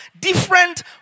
different